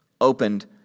opened